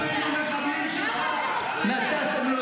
--- אלה